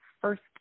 first